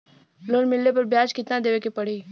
Loan मिलले पर ब्याज कितनादेवे के पड़ी?